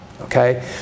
okay